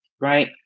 Right